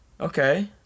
Okay